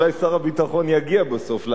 אולי שר הביטחון יגיע בסוף.